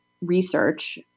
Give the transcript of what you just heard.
research